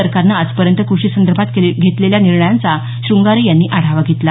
सरकारने आजपर्यंत कृषीसंदर्भात घेतलेल्या निर्णयांचा शृंगारे यांनी आढावा घेतला